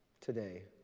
today